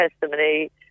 testimony